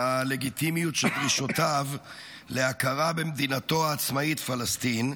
בלגיטימיות של דרישותיו להכרה במדינתו העצמאית פלסטין,